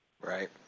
right